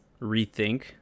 rethink